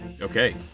Okay